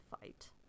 fight